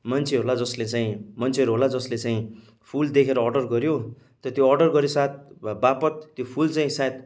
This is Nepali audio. मान्छे होला जसले चाहिँ मान्छेहरू होला जसले चाहिँ फुल देखेर अर्डर गऱ्यो त्यो अर्डर गरेसाथ वापत त्यो फुल चाहिँ सायद